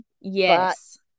Yes